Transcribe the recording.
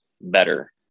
better